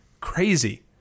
Crazy